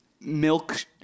milk